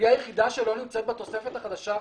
והיא היחידה שלא נמצאת בתוספת החדשה שעשיתם.